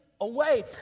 away